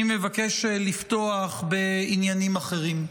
אני מבקש לפתוח בעניינים אחרים.